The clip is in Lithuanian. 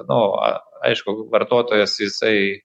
nu a aišku vartotojas jisai